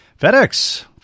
FedEx